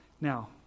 Now